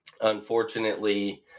unfortunately